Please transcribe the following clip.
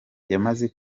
yamaze